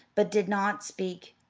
but did not speak.